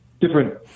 different